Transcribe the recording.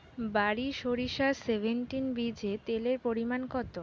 বারি সরিষা সেভেনটিন বীজে তেলের পরিমাণ কত?